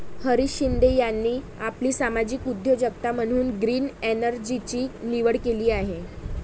हरीश शिंदे यांनी आपली सामाजिक उद्योजकता म्हणून ग्रीन एनर्जीची निवड केली आहे